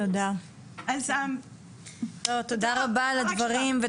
תודה רבה על הדברים,